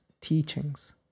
teachings